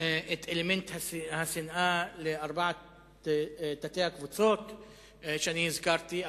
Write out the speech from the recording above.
את אלמנט השנאה לארבע התת-קבוצות שהזכרתי,